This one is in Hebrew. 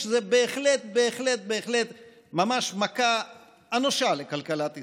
שזה בהחלט בהחלט בהחלט ממש מכה אנושה לכלכלת ישראל.